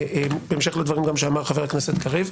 בהמשך לדברים גם שאמר חבר הכנסת קריב.